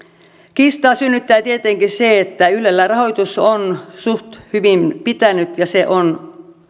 kiistaa synnyttää tietenkin se että ylellä rahoitus on suht hyvin pitänyt ja se on